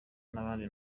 y’abandi